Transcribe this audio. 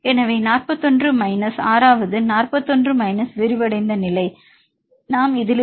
எனவே நாற்பத்தொன்று மைனஸ் ஆறாவது நாற்பத்தொன்று மைனஸ் விரிவடைந்த நிலை நாம் இதிலிருந்து பெற வேண்டும்